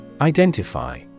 Identify